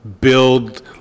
build